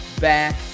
back